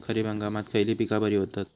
खरीप हंगामात खयली पीका बरी होतत?